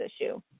issue